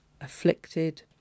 afflicted